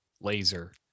Laser